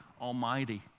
Almighty